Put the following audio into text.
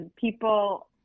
people